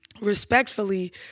respectfully